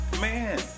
Man